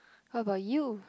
how about you